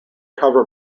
cover